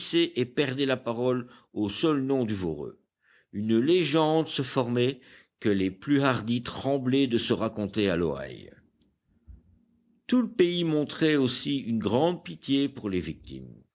et perdaient la parole au seul nom du voreux une légende se formait que les plus hardis tremblaient de se raconter à l'oreille tout le pays montrait aussi une grande pitié pour les victimes